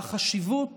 החשיבות